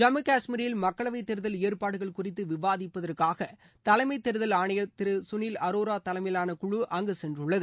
ஜம்மு கஷ்மீரில் மக்களவை தேர்தல் ஏற்பாடுகள் குறித்து விவாதிப்பதற்காக தலைமை தேர்தல் ஆணையர் திரு குனில் அரோரா தலைமையிலான குழு அங்கு சென்றுள்ளது